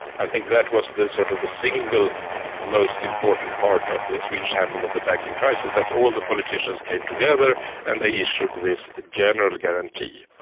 i think that was the sort of the single most important part of the swedish handling of the banking crisis that all the politicians came together and they issued this general guarantee.